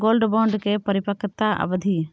Gold bond के परिपक्वता अवधि?